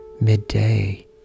midday